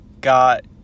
got